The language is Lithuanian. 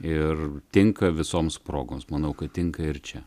ir tinka visoms progoms manau kad tinka ir čia